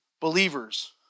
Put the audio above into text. believers